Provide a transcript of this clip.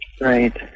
Right